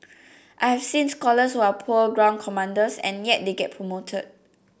I've seen scholars who are poor ground commanders and yet they get promoted